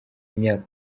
imyaka